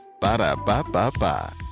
Ba-da-ba-ba-ba